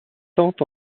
tant